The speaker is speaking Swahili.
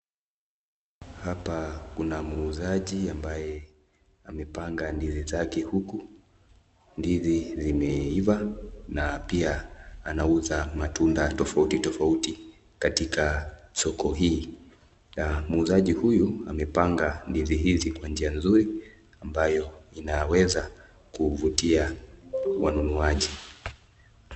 Hapa Kuna mmusaji ambaye ameipanga ndizi zake huku ndizi zimeivaa na pia anauzamatunda tafauti tafauti katika soko hii na mmuzaji huyu amepanga ndizi Kwa njia nzuri ambayo inawesa kufutia wanunuaji.